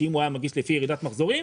אם הוא היה מגיש לפי ירידת מחזורים,